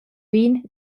vin